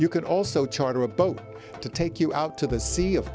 you could also charter a boat to take you out to the sea of